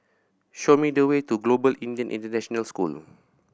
show me the way to Global Indian International School